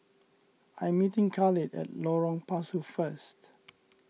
I'm meeting Khalid at Lorong Pasu first